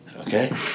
okay